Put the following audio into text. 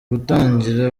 gutangira